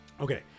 okay